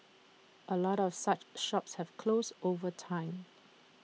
A lot of such shops have closed over time